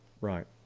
right